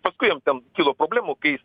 paskui jiems ten kilo problemų kai